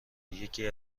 یکی